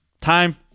time